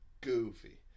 goofy